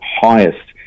highest